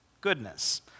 goodness